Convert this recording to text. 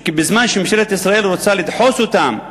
בזמן שממשלת ישראל רוצה לדחוס אותם,